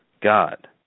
God